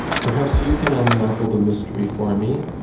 perhaps you can unravel the mystery for me?